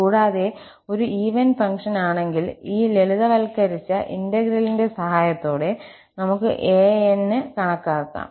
കൂടാതെ ഒരു even function ആണെങ്കിൽ ഈ ലളിതവൽക്കരിച്ച ഇന്റഗ്രലിന്റെ സഹായത്തോടെ നമുക്ക് 𝑎𝑛′s കണക്കാക്കാം